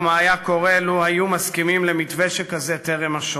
ומה היה קורה לו הסכימו למתווה שכזה טרם השואה.